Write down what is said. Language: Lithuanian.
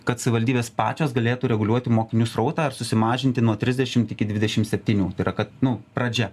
kad savivaldybės pačios galėtų reguliuoti mokinių srautą ir susimažinti nuo trisdešimt iki dvidešimt septynių tai yra kad nu pradžia